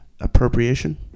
Appropriation